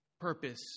purpose